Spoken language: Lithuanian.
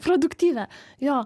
produktyvią jo